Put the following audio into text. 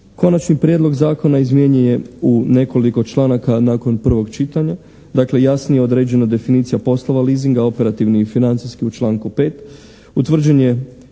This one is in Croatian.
Konačni prijedlog Zakona izmijenjen u nekoliko članaka nakon prvog čitanja, dakle jasnije određena definicija poslova leasinga, operativni i financijski u članku 5. utvrđen je